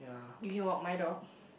you didn't walk my dog